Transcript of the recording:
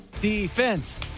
Defense